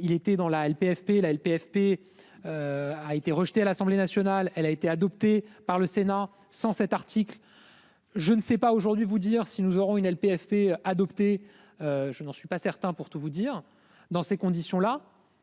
Il était dans la LPFP la LPFP. A été rejetée à l'Assemblée nationale, elle a été adoptée par le Sénat sans cet article. Je ne sais pas aujourd'hui vous dire si nous aurons une LPFP adopté. Je n'en suis pas certain, pour tout vous dire. Dans ces conditions là.